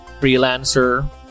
Freelancer